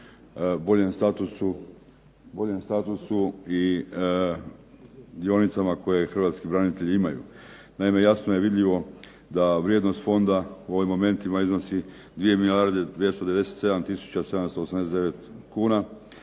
boljem statusu i dionicama koje hrvatski branitelji imaju. Naime, jasno je vidljivo da vrijednost fonda u ovim momentima iznosi 2